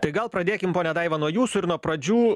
tai gal pradėkim ponia daiva nuo jūsų ir nuo pradžių